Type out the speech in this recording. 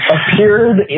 Appeared